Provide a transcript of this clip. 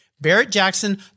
Barrett-Jackson